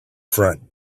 front